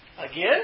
Again